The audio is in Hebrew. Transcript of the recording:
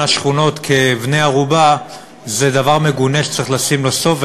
השכונות כבני-ערובה היא דבר מגונה שצריך לשים לו סוף,